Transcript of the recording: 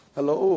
Hello